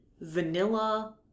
vanilla